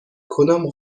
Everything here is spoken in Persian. کدام